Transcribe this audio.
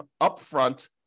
upfront